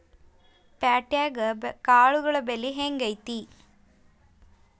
ಪ್ಯಾಟ್ಯಾಗ್ ಕಾಳುಗಳ ಬೆಲೆ ಹೆಂಗ್ ಐತಿ?